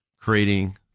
creating